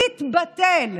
מתבטל.